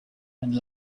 and